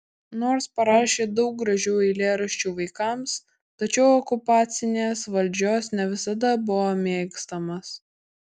nors parašė daug gražių eilėraščių vaikams tačiau okupacinės valdžios ne visada buvo mėgstamas